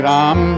Ram